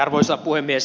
arvoisa puhemies